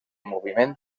moviment